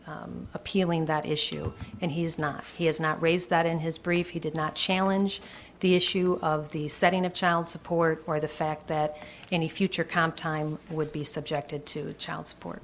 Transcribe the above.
was appealing that issue and he's not he has not raised that in his brief he did not challenge the issue of the setting of child support or the fact that any future comp time would be subjected to child support